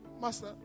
Master